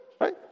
right